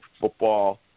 football